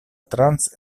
trans